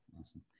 Awesome